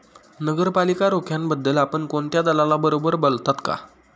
नगरपालिका रोख्यांबद्दल आपण कोणत्या दलालाबरोबर बोललात का?